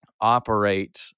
operate